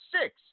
six